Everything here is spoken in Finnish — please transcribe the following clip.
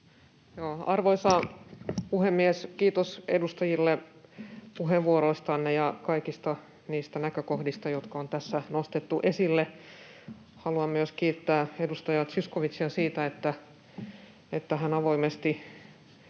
Arvoisa puhemies! Kiitos, edustajat, puheenvuoroistanne ja kaikista niistä näkökohdista, jotka on tässä nostettu esille. Haluan myös kiittää edustaja Zyskowicziä siitä, että hän avoimesti